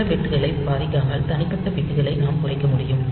பிற பிட்களை பாதிக்காமல் தனிப்பட்ட பிட்களை நாம் குறைக்க முடியும்